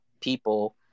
people